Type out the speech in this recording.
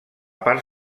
part